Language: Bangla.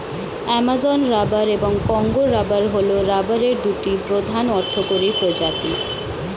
অ্যামাজন রাবার এবং কঙ্গো রাবার হল রাবারের দুটি প্রধান অর্থকরী প্রজাতি